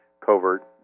covert